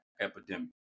epidemic